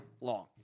long